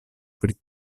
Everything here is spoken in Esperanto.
pri